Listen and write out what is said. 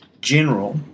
General